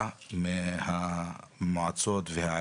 בעיריות ובמועצות שבמצב סוציו-אקונומי נמוך,